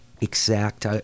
exact